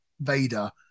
Vader